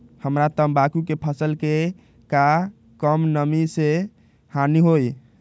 हमरा तंबाकू के फसल के का कम नमी से हानि होई?